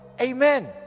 Amen